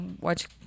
watch